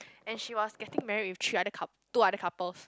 and she was getting married with three other cup~ two other couples